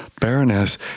baroness